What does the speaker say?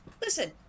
listen